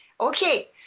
Okay